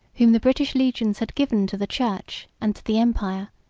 whom the british legions had given to the church and to the empire,